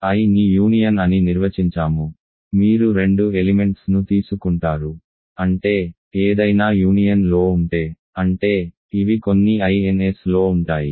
I ని union అని నిర్వచించాము మీరు రెండు ఎలిమెంట్స్ ను తీసుకుంటారు అంటే ఏదైనా యూనియన్లో ఉంటే అంటే ఇవి కొన్ని Insలో ఉంటాయి